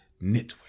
Network